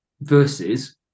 versus